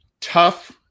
tough